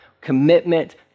commitment